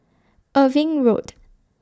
Irving Road